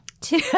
Two